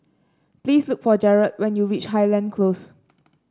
please look for Jerrod when you reach Highland Close